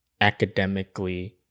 academically